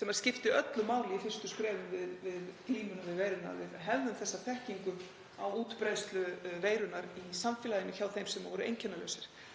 Það skipti öllu máli í fyrstu skrefum í glímunni að við hefðum þekkingu á útbreiðslu veirunnar í samfélaginu hjá þeim sem voru einkennalausir.